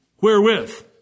wherewith